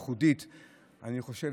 אני חושב,